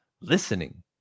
listening